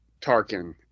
Tarkin